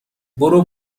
برو